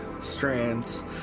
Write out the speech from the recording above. strands